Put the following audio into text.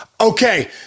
okay